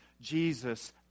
Jesus